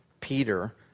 Peter